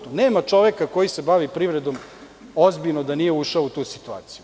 Nema čoveka koji se bavi privredom ozbiljno, a da nije ušao u tu situaciju.